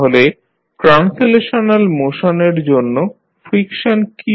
তাহলে translational motion এর জন্য ফ্রিকশন কী